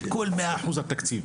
את כל 100% התקציב.